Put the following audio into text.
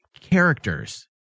characters